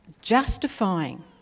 justifying